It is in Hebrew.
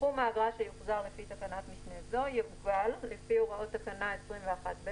סכום האגרה שיוחזר לפי תקנת משנה זו יעוגל לפי הוראות תקנה 21(ב),